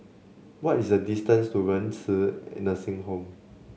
what is the distance to Renci an Nursing Home